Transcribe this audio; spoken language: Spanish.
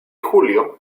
julio